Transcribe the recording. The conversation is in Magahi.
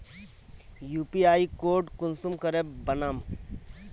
यु.पी.आई कोड कुंसम करे बनाम?